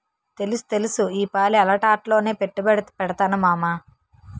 తెలుస్తెలుసు ఈపాలి అలాటాట్లోనే పెట్టుబడి పెడతాను మావా